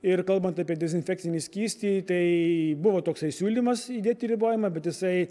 ir kalbant apie dezinfekcinį skystį tai buvo toksai siūlymas įdėti ribojimą bet jisai